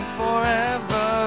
forever